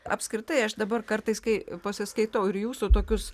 apskritai aš dabar kartais kai pasiskaitau ir jūsų tokius